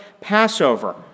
Passover